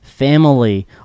family